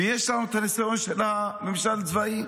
ויש הניסיון של הממשל הצבאי.